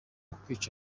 kwica